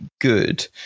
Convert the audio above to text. good